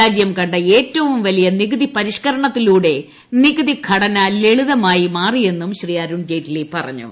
രാജ്യം കണ്ട ഏറ്റവും വലിയ നികുതി പരിഷ്കരണത്തിലൂടെ നികുതി ഘടന ലളിതമായി മാറിയെന്നും അരുൺ ജയ്റ്റ്ലി പറഞ്ഞു